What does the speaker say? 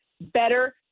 better